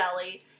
deli